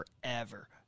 Forever